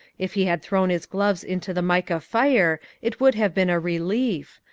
if he had thrown his gloves into the mica fire it would have been a relief.